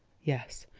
yes,